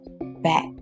back